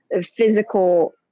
physical